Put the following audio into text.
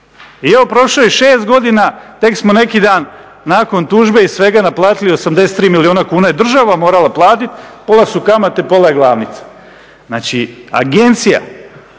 i evo prošlo je 6 godina tek smo neki dan nakon tužbe i svega naplatili 83 milijuna kuna je država mola platiti, pola su kamate pola glavnice. Znači agencija